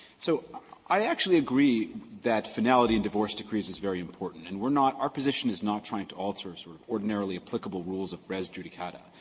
so i actually agree that finality in divorce decrees is very important. and we're not our position is not trying to alter, sort of, ordinarily applicable rules of res judicata.